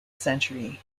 century